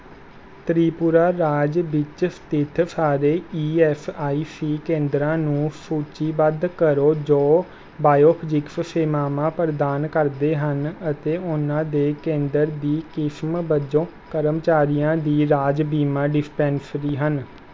ਤ੍ਰਿਪੁਰਾ ਰਾਜ ਵਿੱਚ ਸਥਿਤ ਸਾਰੇ ਈ ਐੱਸ ਆਈ ਸੀ ਕੇਂਦਰਾਂ ਨੂੰ ਸੂਚੀਬੱਧ ਕਰੋ ਜੋ ਬਾਇਓਫਿਜ਼ਿਕਸ ਸੇਵਾਵਾਂ ਪ੍ਰਦਾਨ ਕਰਦੇ ਹਨ ਅਤੇ ਉਹਨਾਂ ਦੇ ਕੇਂਦਰ ਦੀ ਕਿਸਮ ਵਜੋਂ ਕਰਮਚਾਰੀਆਂ ਦੀ ਰਾਜ ਬੀਮਾ ਡਿਸਪੈਂਸਰੀ ਹਨ